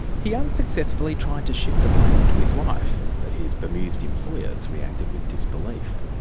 he unsuccessfully tried to shift the blame onto his wife, but his bemused employers reacted with disbelief.